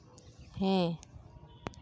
ᱦᱮᱸ